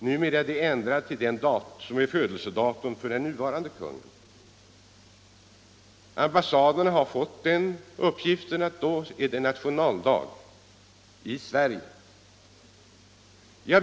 Numera är det ändrat till den nuvarande konungens födelsedag. Ambassaderna har fått uppgiften att den dagen är nationaldag = Företagens uppi Sverige.